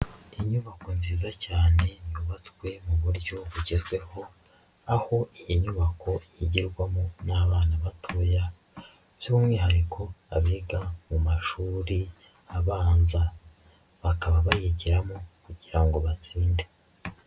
Inyubako nziza cyane yubatswe mu buryo bugezweho, aho iyi nyubako yigirwamo n'abana batoya by'umwihariko abiga mu mashuri abanza, bakaba bayigiramo kugira batsinde.